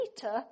Peter